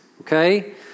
okay